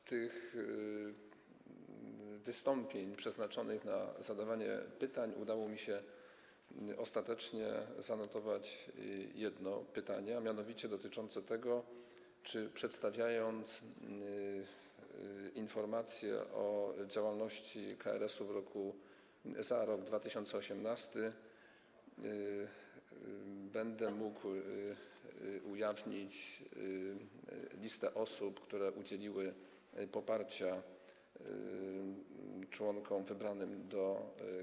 Z tych wystąpień przeznaczonych na zadawanie pytań udało mi się ostatecznie zanotować jedno pytanie, a mianowicie dotyczące tego, czy przedstawiając informację o działalności KRS-u za rok 2018, będę mógł ujawnić listę osób, które udzieliły poparcia członkom wybranym do KRS-u.